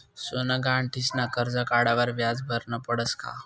सोनं गहाण ठीसनी करजं काढावर व्याज भरनं पडस का?